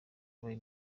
wabaye